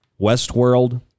Westworld